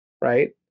Right